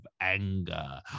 anger